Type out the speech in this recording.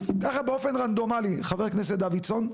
ככה באופן רנדומלי, חבר הכנסת דוידסון.